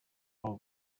iwabo